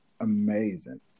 amazing